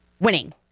winning